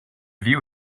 view